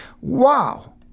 wow